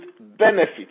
benefits